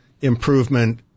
improvement